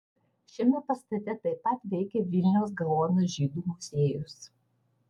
šiame pastate taip pat veikia vilniaus gaono žydų muziejus